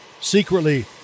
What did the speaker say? secretly